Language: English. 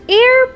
air